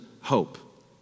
hope